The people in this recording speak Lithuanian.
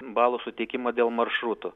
balų suteikimą dėl maršrutų